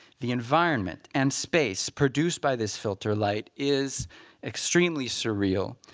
the environment and space produced by this filter light is extremely surreal